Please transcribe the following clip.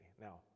Now